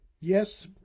Yes